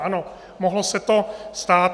Ano, mohlo se to stát.